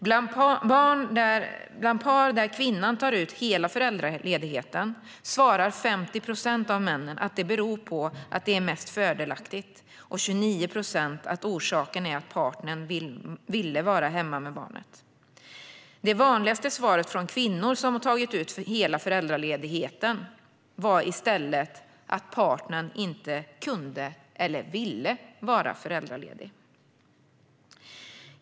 Bland par där kvinnan tar ut hela föräldraledigheten svarar 50 procent av männen att det beror på att det är mest fördelaktigt och 29 procent att orsaken är att partnern ville vara hemma med barnet. Det vanligaste svaret från kvinnor som tagit ut hela föräldraledigheten var i stället att partnern inte kunde eller ville vara föräldraledig.